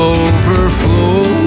overflow